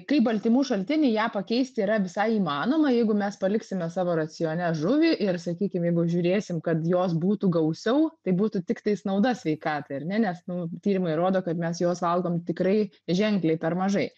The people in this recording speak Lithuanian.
kaip baltymų šaltinį ją pakeisti yra visai įmanoma jeigu mes paliksime savo racione žuvį ir sakykim jeigu žiūrėsim kad jos būtų gausiau tai būtų tiktais nauda sveikatai ar ne nes nu tyrimai rodo kad mes jos valgom tikrai ženkliai per mažai